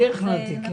אני הכנסתי.